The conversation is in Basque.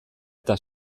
eta